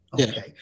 Okay